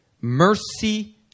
mercy